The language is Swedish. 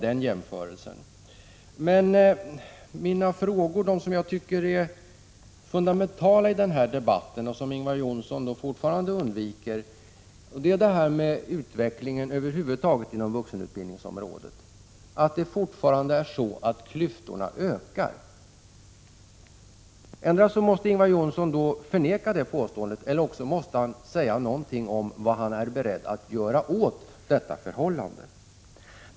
De frågor jag tycker är fundamentala i denna debatt undviker Ingvar Johnsson fortfarande. Mina frågor gäller utvecklingen över huvud taget på vuxenutbildningsområdet och att klyftorna fortfarande ökar. Ingvar Johnsson måste endera förneka det påståendet eller säga något om vad han är beredd att göra åt detta förhållande.